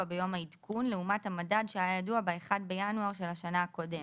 ביום העדכון לעומת המדד שהיה ידוע ב-1 בינואר של השנה הקודמת.